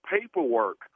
paperwork